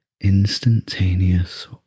instantaneous